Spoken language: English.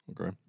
Okay